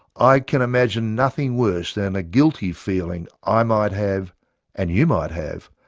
i can imagine nothing worse than a guilty feeling i might have and you might have,